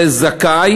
כאן זה זכאי